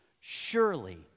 Surely